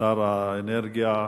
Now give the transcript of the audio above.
שר האנרגיה,